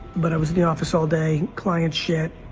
but i was in the office all day. client shit.